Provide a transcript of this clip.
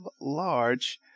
large